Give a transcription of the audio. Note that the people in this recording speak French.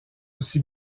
aussi